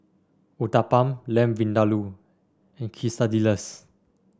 Uthapam Lamb Vindaloo and Quesadillas